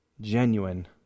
genuine